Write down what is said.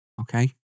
Okay